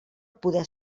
poder